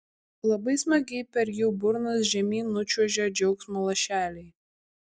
labai smagiai per jų burnas žemyn nučiuožia džiaugsmo lašeliai